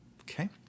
okay